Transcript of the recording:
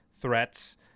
threats